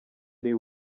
ari